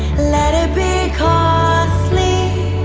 let it be costly.